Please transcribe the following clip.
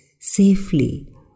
safely